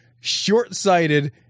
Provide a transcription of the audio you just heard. short-sighted